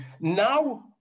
now